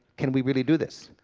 can we really do this,